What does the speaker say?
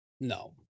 no